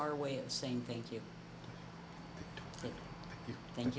our way of saying thank you thank